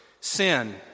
sin